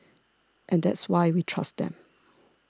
and that's why we trust them